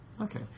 Okay